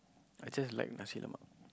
I just like nasi-lemak